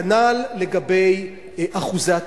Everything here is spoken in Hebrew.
כנ"ל לגבי אחוזי התעסוקה.